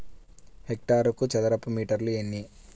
హెక్టారుకు చదరపు మీటర్లు ఎన్ని?